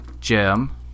Jim